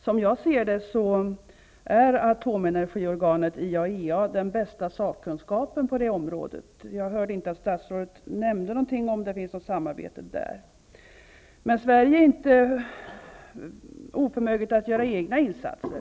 Som jag ser det är atomenergiorganet IAEA den bästa sakkunskapen på det området -- jag hörde inte att statsrådet nämnde någonting om ett samarbete där. Men Sverige är inte oförmöget att göra egna insatser.